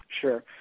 sure